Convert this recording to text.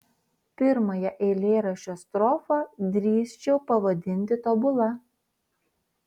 pirmąją eilėraščio strofą drįsčiau pavadinti tobula